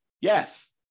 Yes